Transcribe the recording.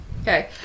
Okay